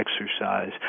exercise